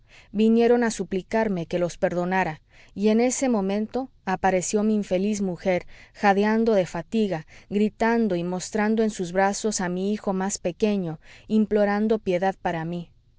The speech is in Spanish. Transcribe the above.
vinieron a suplicarme que los perdonara y en ese momento apareció mi infeliz mujer jadeando de fatiga gritando y mostrando en sus brazos a mi hijo más pequeño implorando piedad para mí